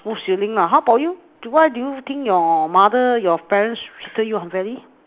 ah smooth sailing lah how about you why do you think your mother your parents treated you unfairly